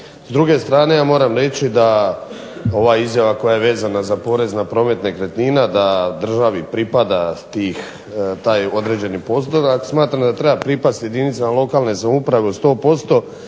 S druge strane ja moram reći da ova izjava koja je vezana za porez na promet nekretnina, da državi pripada taj određeni postotak. Smatram da treba pripasti jedinicama lokalne samouprave od 100%